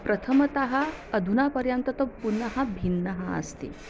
प्रथमतः अधुनापर्यन्तं तु पुनः भिन्नः अस्ति